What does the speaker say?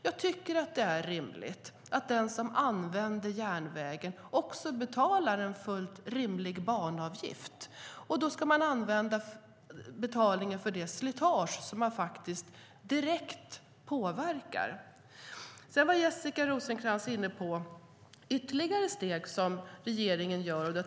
Jag tycker att det är rimligt att den som använder järnvägen också betalar en rimlig banavgift för det slitage som man åstadkommer. Sedan var Jessica Rosencrantz inne på ytterligare steg som regeringen tar.